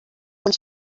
quan